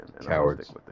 Cowards